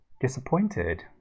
disappointed